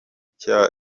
cya